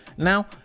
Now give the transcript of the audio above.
Now